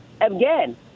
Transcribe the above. Again